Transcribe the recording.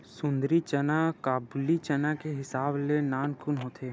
सुंदरी चना काबुली चना के हिसाब ले नानकुन होथे